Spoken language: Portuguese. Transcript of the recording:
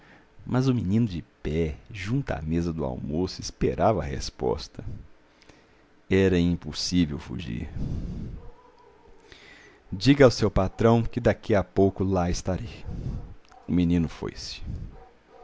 mas o menino de pé junto à mesa do almoço esperava a resposta era impossível fugir diga ao seu patrão que daqui a pouco lá estarei o menino foi-se